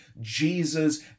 Jesus